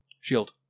Shield